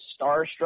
starstruck